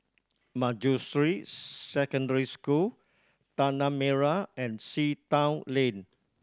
Manjusri Secondary School Tanah Merah and Sea Town Lane